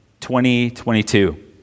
2022